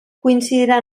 coincidirà